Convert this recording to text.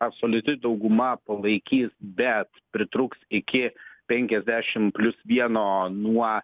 absoliuti dauguma palaikys bet pritrūks iki penkiasdešimt plius vieno nuo